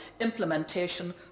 implementation